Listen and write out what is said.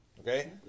Okay